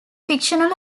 fictional